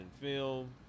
film